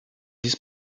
dies